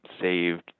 saved